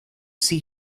see